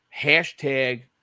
hashtag